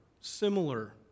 similar